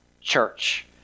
church